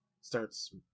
starts